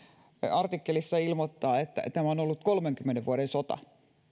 artikkelissa ilmoittaa että tämä on ollut kolmenkymmenen vuoden sota